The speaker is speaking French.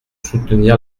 soutenir